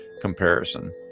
comparison